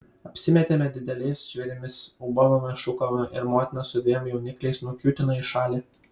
apsimetėme dideliais žvėrimis ūbavome šūkavome ir motina su dviem jaunikliais nukiūtino į šalį